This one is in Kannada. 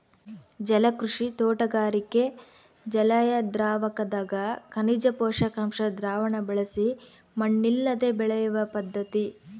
ಜಲಕೃಷಿ ತೋಟಗಾರಿಕೆ ಜಲಿಯದ್ರಾವಕದಗ ಖನಿಜ ಪೋಷಕಾಂಶ ದ್ರಾವಣ ಬಳಸಿ ಮಣ್ಣಿಲ್ಲದೆ ಬೆಳೆಯುವ ಪದ್ಧತಿ